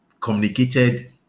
communicated